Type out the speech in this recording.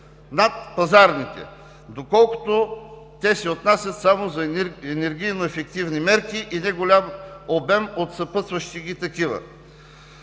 над пазарните, доколкото те се отнасят само за енергийно-ефективни мерки – един голям обем от съпътстващи ги такива.